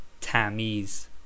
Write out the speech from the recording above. tamiz